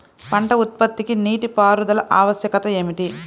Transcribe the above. పంట ఉత్పత్తికి నీటిపారుదల ఆవశ్యకత ఏమిటీ?